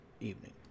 evening